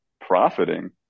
profiting